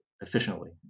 efficiently